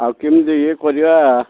ଆଉ କେମିତି ଇଏ କରିବା